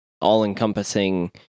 all-encompassing